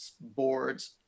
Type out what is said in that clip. boards